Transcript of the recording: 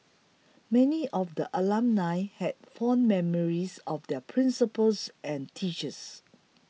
many of the alumnae had fond memories of their principals and teachers